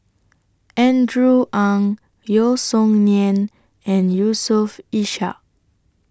Andrew Ang Yeo Song Nian and Yusof Ishak